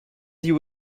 you